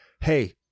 hey